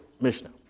Mishnah